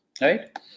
right